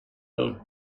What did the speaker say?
würde